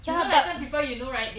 ya but